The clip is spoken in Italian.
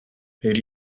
per